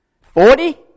Forty